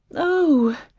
oh!